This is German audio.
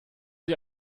sie